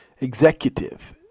executive